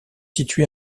situés